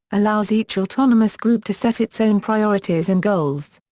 allows each autonomous group to set its own priorities and goals.